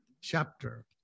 chapter